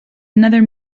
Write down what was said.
another